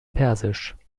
persisch